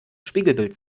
spiegelbild